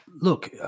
look